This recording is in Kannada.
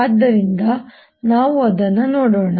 ಆದ್ದರಿಂದ ನಾವು ಅದನ್ನು ನೋಡೋಣ